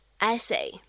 essay